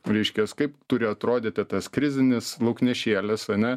reiškias kaip turi atrodyti tas krizinis lauknešėlis ane